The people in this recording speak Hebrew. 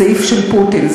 הסעיף של פוטין.